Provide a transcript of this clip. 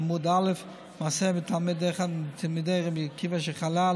עמוד א': "מעשה בתלמיד אחד מתלמידי רבי עקיבא שחלה.